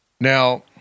Now